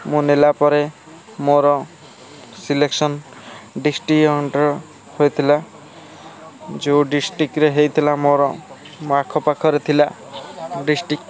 ମୁଁ ନେଲାପରେ ମୋର ସିଲେକ୍ସନ୍ ଡିଷ୍ଟ୍ରିକ୍ଟ୍ ଅଣ୍ଡର୍ ହୋଇଥିଲା ଯେଉଁ ଡିଷ୍ଟ୍ରିକ୍ଟ୍ରେ ହେଇଥିଲା ମୋର ମୋ ଆଖ ପାଖରେ ଥିଲା ଡିଷ୍ଟ୍ରିକ୍ଟ୍